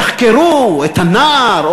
יחקרו את הנער,